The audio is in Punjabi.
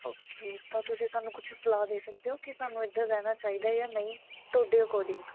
ਓਕੇ ਤਾਂ ਤੁਸੀਂ ਸਾਨੂੰ ਕੁਛ ਸਲਾਹ ਦੇ ਸਕਦੇ ਹੋ ਕਿ ਸਾਨੂੰ ਇੱਧਰ ਰਹਿਣਾ ਚਾਹੀਦਾ ਜਾਂ ਨਹੀਂ ਤੁਹਾਡੇ ਅਕੋਰਡਿੰਗ